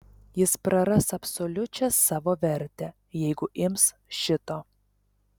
jis praras absoliučią savo vertę jeigu ims šito